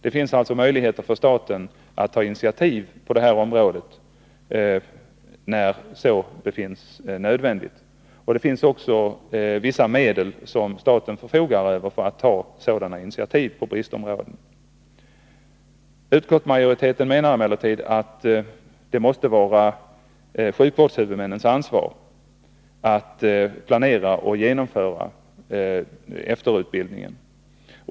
Det finns alltså möjligheter för staten att ta initiativ på det här området när så befinnes nödvändigt. Det finns också vissa medel som staten förfogar över för att ta sådana intiativ på bristområden. Utskottsmajoriteten menar emellertid att det måste vara sjukvårdshuvudmännens ansvar att planera och genomföra efterutbildningen.